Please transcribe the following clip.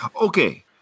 Okay